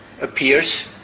appears